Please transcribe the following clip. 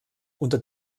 unter